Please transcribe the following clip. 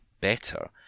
better